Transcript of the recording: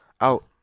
out